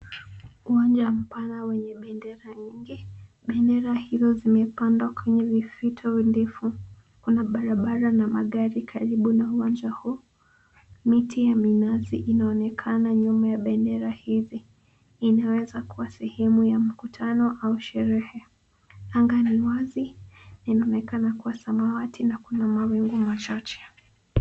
Uwanja mpana wenye bendera nyingi, bendera hizo zimepandwa kwenye mifito ndefu kuna barabara na magari karibu na uwanja huu. Miti ya minazi inaonekana nyuma ya bendera hizi inaweza kua sehemu ya mkutano au sherehe anga ni wazi na inaonekana kua samawati na kuna mawingu machache.